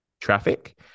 traffic